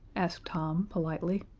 asked tom, politely.